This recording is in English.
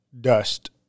Dust